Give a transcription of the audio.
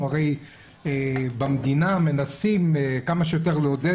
אנחנו הרי במדינה מנסים כמה שיותר לעודד